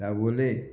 Dabolim